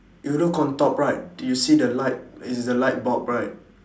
you look on top right you see the light it's the light bulb right